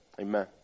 Amen